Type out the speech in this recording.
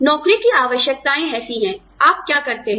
नौकरी की आवश्यकताएं ऐसी हैं आप क्या करते हैं